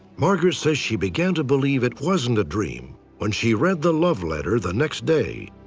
margaret says she began to believe it wasn't a dream when she read the love letter the next day.